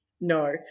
No